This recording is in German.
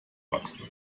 wachsen